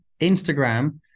instagram